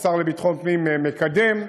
השר לביטחון פנים מקדם.